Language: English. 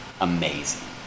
amazing